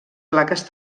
plaques